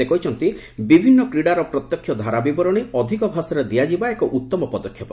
ସେ କହିଛନ୍ତି ବିଭିନ୍ନ କ୍ରୀଡ଼ାର ପ୍ରତ୍ୟକ୍ଷ ଧାରାବିବରଣୀ ଅଧିକ ଭାଷାରେ ଦିଆଯିବା ଏକ ଉତ୍ତମ ପଦକ୍ଷେପ